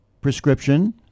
prescription